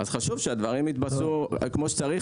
חשוב שהדברים יתבצעו כמו שצריך,